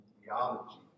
theology